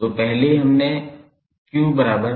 तो पहले हमने 𝑞𝐶𝑣 देखा